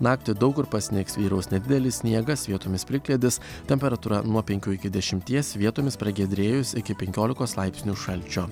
naktį daug kur pasnigs vyraus nedidelis sniegas vietomis plikledis temperatūra nuo penkių iki dešimties vietomis pragiedrėjus iki penkiolikos laipsnių šalčio